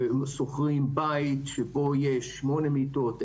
שוכרים בית שבו יש שמונה מיטות,